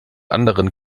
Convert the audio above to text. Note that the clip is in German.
anderen